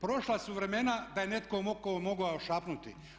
Prošla su vremena da je netko mogao šapnuti.